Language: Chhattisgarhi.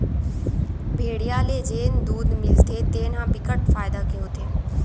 भेड़िया ले जेन दूद मिलथे तेन ह बिकट फायदा के होथे